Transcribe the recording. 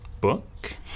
book